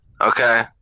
Okay